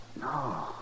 No